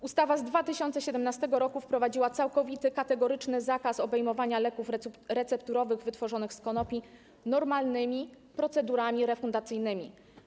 Ustawa z 2017 r. wprowadziła całkowity kategoryczny zakaz obejmowana leków recepturowych wytworzonych z konopi normalnymi procedurami refundacyjnymi.